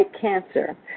cancer